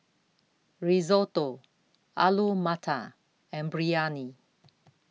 Risotto Alu Matar and Biryani